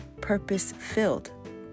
purpose-filled